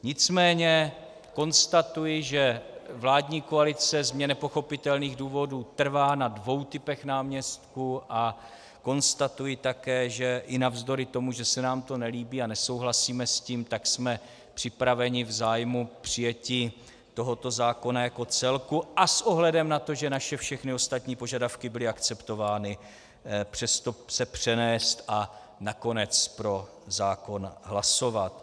Nicméně konstatuji, že vládní koalice z mně nepochopitelných důvodů trvá na dvou typech náměstků, a konstatuji také, že i navzdory tomu, že se nám to nelíbí a nesouhlasíme s tím, jsme připraveni v zájmu přijetí tohoto zákona jako celku a s ohledem na to, že naše všechny ostatní požadavky byly akceptovány se přes to přenést a nakonec pro zákon hlasovat.